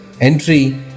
entry